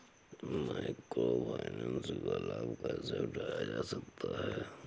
Micro finance का लाभ कैसे उठाया जा सकता है?